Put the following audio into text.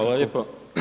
Hvala lijepo.